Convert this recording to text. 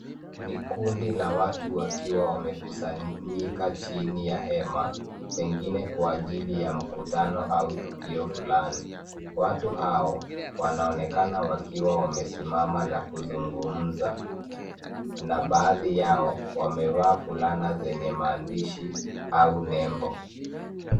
Hili Ni kundi la watu wakiwa wamekusanyika chini ya hema, pengine kwa ajili ya mkutano au tukio fulani. Watu hao wanaonekana wakiwa wamesimama na kuzungumza, na baadhi yao wamevaa fulana zenye maandishi au nembo.